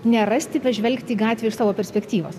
nerasti bet žvelgti į gatvę iš savo perspektyvos